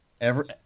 Every-